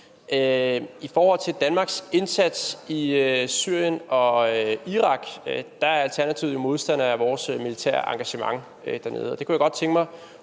I forhold til Danmarks indsats i Syrien og Irak er Alternativet modstander af vores militære engagement dernede. Jeg kunne godt tænke mig,